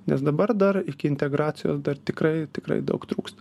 nes dabar dar iki integracijos dar tikrai tikrai daug trūksta